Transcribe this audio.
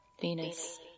Venus